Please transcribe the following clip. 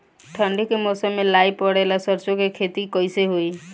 ठंडी के मौसम में लाई पड़े ला सरसो के खेती कइसे होई?